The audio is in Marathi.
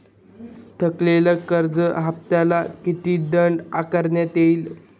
थकलेल्या कर्ज हफ्त्याला किती दंड आकारणी होईल?